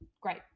great